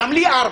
גם לי ארבע.